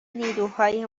نیروهای